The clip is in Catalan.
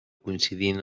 coincidint